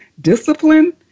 discipline